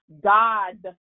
god